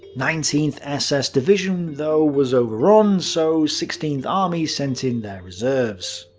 nineteenth ss division though was overrun, so sixteenth army sent in their reserves.